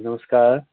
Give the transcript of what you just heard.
नमस्कार